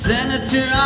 Senator